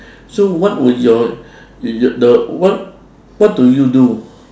so what would your your the what what do you do